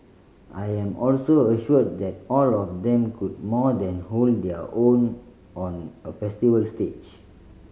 I am also assured that all of them could more than hold their own on a festival stage